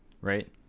right